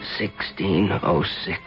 1606